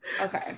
Okay